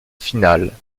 finale